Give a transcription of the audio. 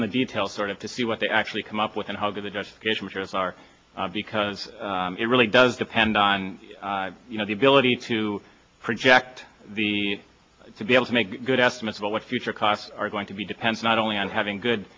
in the detail sort of to see what they actually come up with and how the judge gave her a far because it really does depend on you know the ability to project the to be able to make good estimates about what future costs are going to be depends not only on having good